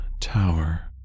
tower